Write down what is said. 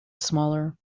smaller